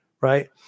right